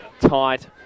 tight